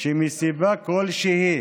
שמסיבה כלשהי